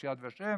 יש יד ושם,